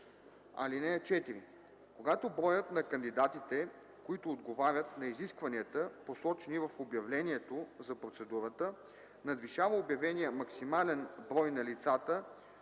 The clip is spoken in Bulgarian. (4) Когато броят на кандидатите, които отговарят на изискванията, посочени в обявлението за процедурата, надвишава обявения максимален брой на лицата,